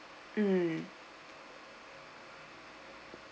mm